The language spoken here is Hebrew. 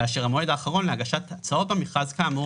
ואשר המועד האחרון להגשת הצעות במכרז כאמור